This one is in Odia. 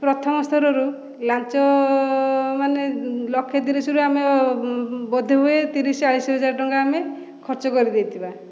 ପ୍ରଥମସ୍ତରରୁ ଲାଞ୍ଚ ମାନେ ଲକ୍ଷେ ତିରିଶରୁ ଆମେ ବୋଧ ହୁଏ ତିରିଶ ଚାଳିଶ ହଜାର ଟଙ୍କା ଆମେ ଖର୍ଚ୍ଚ କରିଦେଇଥିବା